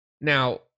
Now